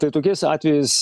tai tokiais atvejais